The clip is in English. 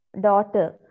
daughter